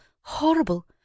horrible